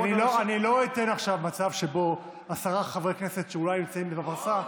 אני לא אתן עכשיו מצב שבו עשרה חברי כנסת שאולי נמצאים בפרסה,